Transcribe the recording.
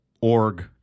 org